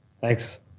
Thanks